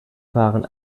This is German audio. fahren